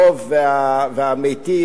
ידידי חבר הכנסת הטוב והמיטיב,